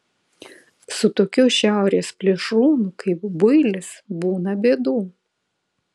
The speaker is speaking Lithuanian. su tokiu šiaurės plėšrūnu kaip builis būna bėdų